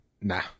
nah